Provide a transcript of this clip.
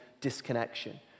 disconnection